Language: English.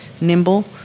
nimble